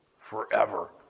forever